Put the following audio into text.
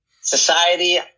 society